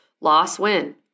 loss-win